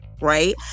right